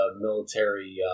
military